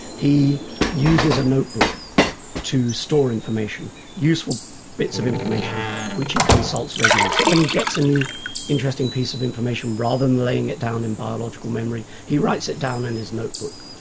he uses a notebook to store information, useful bits of information which he consults regularly. so when he gets a new interesting piece of information, rather than laying it down in biological memory, he writes it down in his notebook.